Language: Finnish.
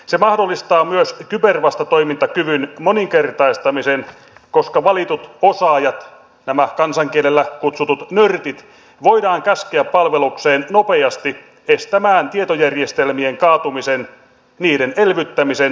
se mahdollistaa myös kybervastatoimintakyvyn moninkertaistamisen koska valitut osaajat nämä kansankielellä kutsutut nörtit voidaan käskeä palvelukseen nopeasti estämään tietojärjestelmien kaatumisen suorittamaan niiden elvyttämisen ja palauttamisen